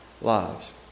lives